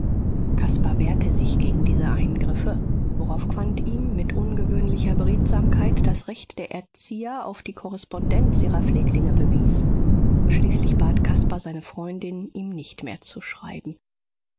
caspar wehrte sich gegen diese eingriffe worauf quandt ihm mit ungewöhnlicher beredsamkeit das recht der erzieher auf die korrespondenz ihrer pfleglinge bewies schließlich bat caspar seine freundin ihm nicht mehr zu schreiben